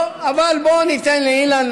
לא, אבל בוא ניתן לאילן